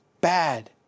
bad